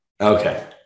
Okay